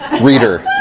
reader